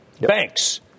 banks